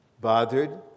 bothered